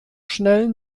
schnell